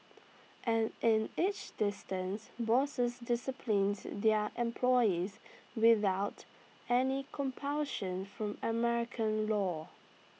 and in each instance bosses disciplined their employees without any compulsion from American law